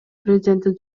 президенттин